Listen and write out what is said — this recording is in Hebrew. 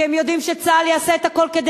כי הם יודעים שצה"ל יעשה את הכול כדי